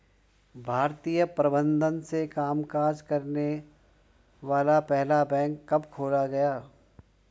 भारतीय प्रबंधन से कामकाज करने वाला पहला बैंक कब खोला गया?